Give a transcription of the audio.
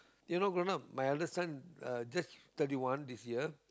you know grown up my eldest son uh just thirty one this year